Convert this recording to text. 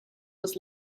was